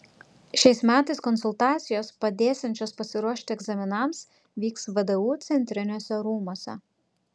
šiais metais konsultacijos padėsiančios pasiruošti egzaminams vyks vdu centriniuose rūmuose